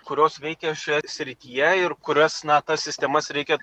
kurios veikia šioje srityje ir kurias na tas sistemas reikia